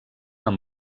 amb